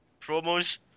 promos